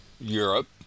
Europe